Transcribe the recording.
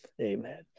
amen